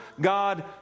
God